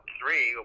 three